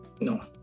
No